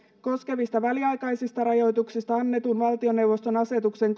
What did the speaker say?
koskevista väliaikaisista rajoituksista annetun valtioneuvoston asetuksen